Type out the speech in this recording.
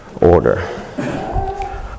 Order